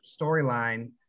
storyline